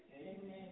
Amen